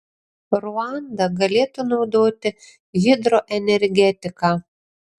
ruanda galėtų naudoti hidroenergetiką